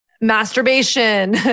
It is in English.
masturbation